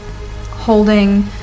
holding